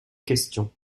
question